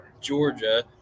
Georgia